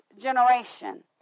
generation